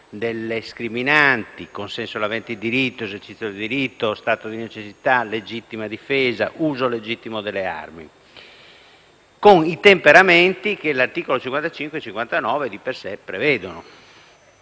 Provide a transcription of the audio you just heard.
delle scriminanti (consenso degli aventi diritto, esercizio del diritto, stato di necessità, legittima difesa, uso legittimo delle armi), con i temperamenti che gli articoli 55 e 59 di per sé prevedono.